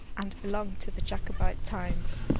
and belong to the jacobite times.